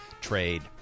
trade